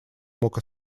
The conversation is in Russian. мог